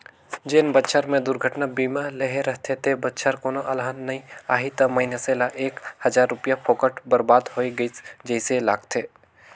जेन बच्छर मे दुरघटना बीमा लेहे रथे ते बच्छर कोनो अलहन नइ आही त मइनसे ल एक हजार रूपिया फोकट बरबाद होय गइस जइसे लागथें